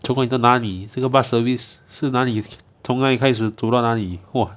从哪里到哪里这个 bus service 是哪里从哪里开始走到哪里哇